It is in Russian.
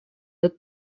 этот